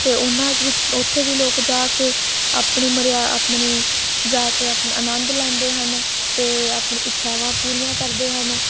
ਅਤੇ ਉਹਨਾਂ ਵਿੱਚ ਉੱਥੇ ਵੀ ਲੋਕ ਜਾ ਕੇ ਆਪਣੀ ਮਰਿਆ ਆਪਣੀ ਜਾ ਕੇ ਆਪਣਾ ਆਨੰਦ ਲੈਂਦੇ ਹਨ ਅਤੇ ਆਪਣੀ ਇੱਛਾਵਾਂ ਪੂਰੀਆਂ ਕਰਦੇ ਹਨ